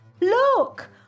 Look